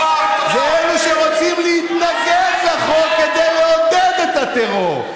הם אלו שרוצים להתנגד לחוק כדי לעודד את הטרור,